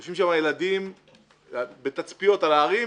יושבים שם ילדים בתצפיות על ההרים,